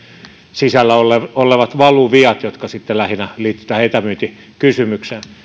sisällä olevat valuviat jotka sitten lähinnä liittyivät tähän etämyyntikysymykseen